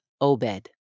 Obed